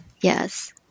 Yes